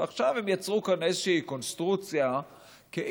ועכשיו הם יצרו כאן איזושהי קונסטרוקציה כאילו,